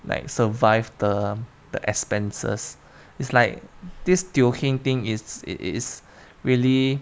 like survive the the expenses it's like this teo heng thing is it's really